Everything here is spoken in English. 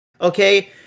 Okay